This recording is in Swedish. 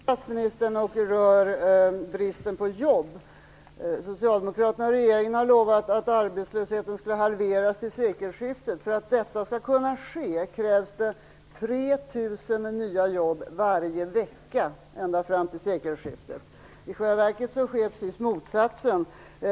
Fru talman! Min fråga riktar sig också till statsministern och rör bristen på jobb. Socialdemokraterna och regeringen har lovat att arbetslösheten skulle halveras till sekelskiftet. För att detta skall kunna ske krävs det 3 000 nya jobb varje vecka ända fram till sekelskiftet. I själva verket sker precis motsatsen.